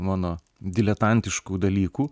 mano diletantiškų dalykų